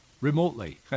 remotely